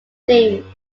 theme